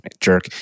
jerk